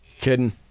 Kidding